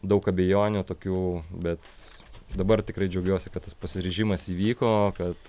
daug abejonių tokių bec dabar tikrai džiaugiuosi kad tas pasiryžimas įvyko kad